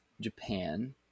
Japan